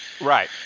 right